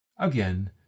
again